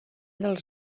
dels